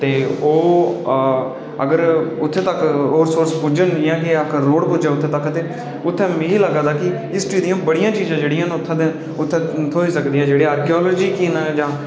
ते ओह् अगर उत्थै तक्क ओह् रिसोर्स पुज्जन कि उत्थै रोड़ पुज्जै ते उत्थै मिगी लगदा ऐ कि हिस्ट्री दी बोह्त सारी चीजां जेह्ड़ियां न उत्थै थ्होई सकदियां न जित्थै आर्क्योआल्जी दियां